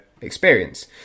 experience